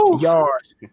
yards